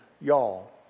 y'all